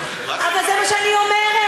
אבל זה מה שאני אומרת,